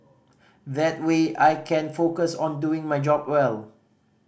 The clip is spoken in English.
that way I can focus on doing my job well